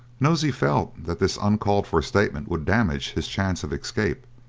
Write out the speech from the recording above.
nosey felt that this uncalled-for statement would damage his chance of escape,